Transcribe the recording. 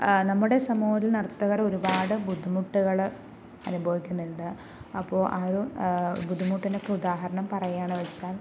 നമ്മുടെ സമൂഹത്തിൽ നർത്തകര് ഒരുപാട് ബുദ്ധിമുട്ടുകള് അനുഭവിക്കുന്നുണ്ട് അപ്പോൾ അത് ബുദ്ധിമുട്ടിന് ഉദാഹരണം പറയാണെന്നു വച്ചാൽ